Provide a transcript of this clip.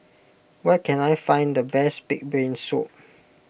where can I find the best Pig's Brain Soup